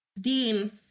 Dean